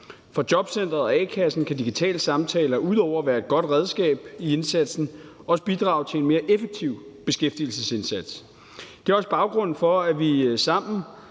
For jobcenteret og a-kassen kan digitale samtaler ud over at være et godt redskab i indsatsen også bidrage til en mere effektiv beskæftigelsesindsats. Det er også baggrunden for, at vi sammen